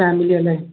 ഫാമിലിയല്ലേ